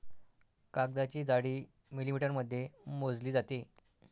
कागदाची जाडी मिलिमीटरमध्ये मोजली जाते